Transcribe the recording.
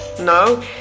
No